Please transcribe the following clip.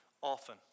often